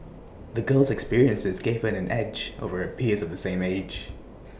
the girl's experiences gave her an edge over her peers of the same age